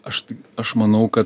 aš tai aš manau kad